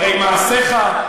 הרי מעשיך,